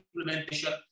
implementation